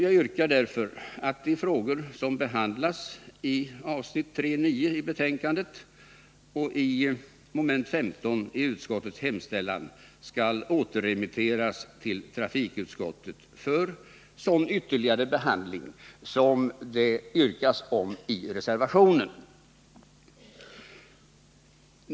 Jag yrkar därför att de frågor som behandlas i avsnitt 3.9 i betänkandet och i mom. 15 i utskottets hemställan skall återremitteras till trafikutskottet för sådan ytterligare behandling som påyrkas i reservationen.